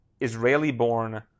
Israeli-born